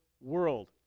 world